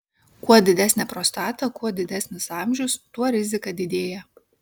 kuo didesnė prostata kuo didesnis amžius tuo rizika didėja